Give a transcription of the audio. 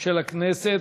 של הכנסת.